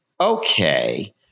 okay